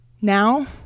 Now